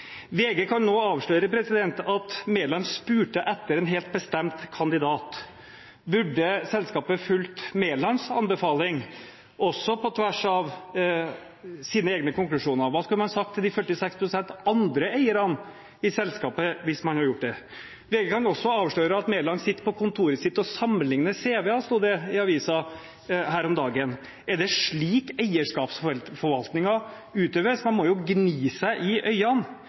VG kan nå avsløre at Mæland spurte etter en helt bestemt kandidat. Burde selskapet fulgt Mælands anbefaling, også på tvers av sine egne konklusjoner? Hva skulle man sagt til de 46 pst. andre eierne i selskapet, hvis man hadde gjort det? VG kan også avsløre at Mæland sitter på kontoret sitt og sammenligner cv-er. Det sto det i avisen her om dagen. Er det slik eierskapsforvaltningen utøves? Man må jo gni seg i